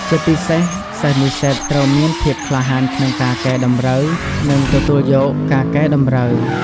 ជាពិសេសសិស្សនិស្សិតត្រូវមានភាព ក្លាហានក្នុងការកែតម្រូវ និងទទួលយកការកែតម្រូវ ។